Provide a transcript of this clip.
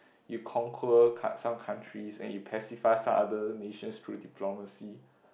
you conquer ka~ some countries and you pacify some other nations through diplomacy